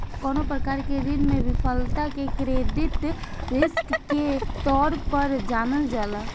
कवनो प्रकार के ऋण में विफलता के क्रेडिट रिस्क के तौर पर जानल जाला